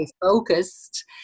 focused